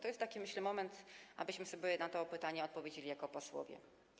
To jest, myślę, taki moment, abyśmy sobie na to pytanie odpowiedzieli jako posłowie.